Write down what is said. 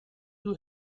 you